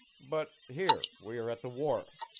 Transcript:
but here we are at the wharf.